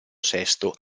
sesto